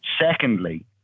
Secondly